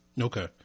Okay